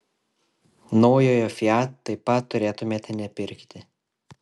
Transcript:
naujojo fiat taip pat turėtumėte nepirkti